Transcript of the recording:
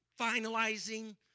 finalizing